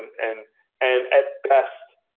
and and and at best,